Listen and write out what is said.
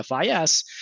FIS